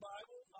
Bible